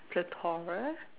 plethora